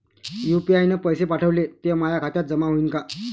UPI न पैसे पाठवले, ते माया खात्यात जमा होईन का?